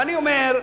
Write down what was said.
ואני אומר,